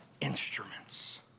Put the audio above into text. instruments